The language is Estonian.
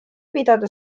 pidada